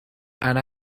and